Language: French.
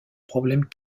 problèmes